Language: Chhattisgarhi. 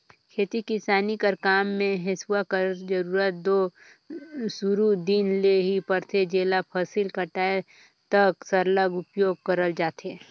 खेती किसानी कर काम मे हेसुवा कर जरूरत दो सुरू दिन ले ही परथे जेला फसिल कटाए तक सरलग उपियोग करल जाथे